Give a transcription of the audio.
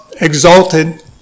Exalted